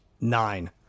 nine